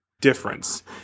difference